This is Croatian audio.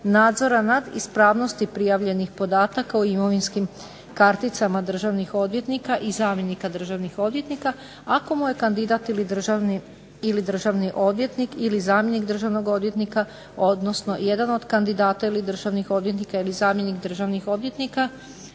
nadzora nad ispravnosti prijavljenih podataka o imovinskim karticama državnih odvjetnika i zamjenika državnih odvjetnika ako mu je kandidat ili državni odvjetnik ili zamjenik državnog odvjetnika odnosno jedan od kandidata ili od državnog odvjetnika ili zamjenika državnih odvjetnika,